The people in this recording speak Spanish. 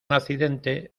accidente